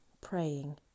praying